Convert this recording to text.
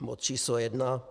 Bod číslo 1.